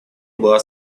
была